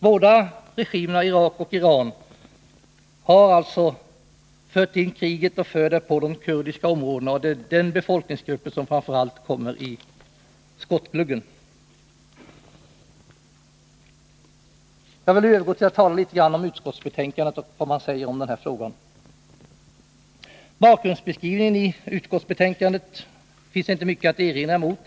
Båda regimerna i Iran och Irak har alltså fört in kriget och för det nu på de kurdiska områdena, och det är den befolkningsgruppen som framför allt kommer i skottgluggen. Jag övergår till att tala om utskottsbetänkandet och vad man där säger om denna fråga. Den korta historiska bakgrundsbeskrivningen i utskottsbetänkandet finns det inte mycket att erinra mot.